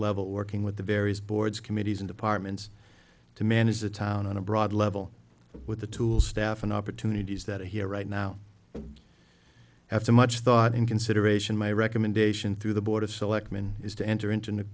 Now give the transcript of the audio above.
level working with the various boards committees and departments to manage the town on a broad level with the tools staff and opportunities that are here right now after much thought in consideration my recommendation through the board of selectmen is to enter into new